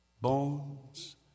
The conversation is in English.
Bones